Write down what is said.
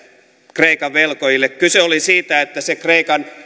kreikan velkojille kyse oli siitä että se kreikan